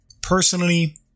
Personally